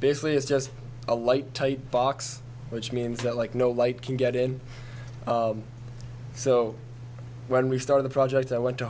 basically it's just a light box which means that like no light can get in so when we started the project i went to